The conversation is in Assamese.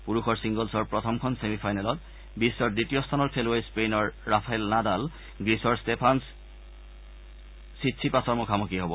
পুৰুষৰ ছিংগল্ছৰ প্ৰথমখন ছেমি ফাইনেলত বিশ্বৰ দ্বিতীয় স্থানৰ খেলুৱৈ স্পেইনৰ ৰাফেল নাডাল গ্ৰীচৰ ট্টেফানছ চিটচিপাছৰ মুখমুখি হ'ব